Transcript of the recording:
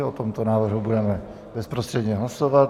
O tomto návrhu budeme bezprostředně hlasovat.